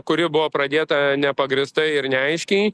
kuri buvo pradėta nepagrįstai ir neaiškiai